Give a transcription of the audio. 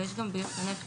אבל יש גם בריאות הנפש,